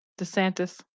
DeSantis